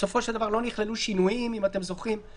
בסופו דבר לא נכללו שינויים בנוסח,